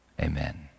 Amen